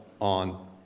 on